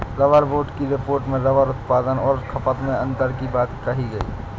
rubber board की report में rubber उत्पादन और खपत में अन्तर की बात कही गई